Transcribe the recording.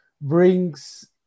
brings